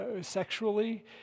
sexually